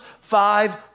five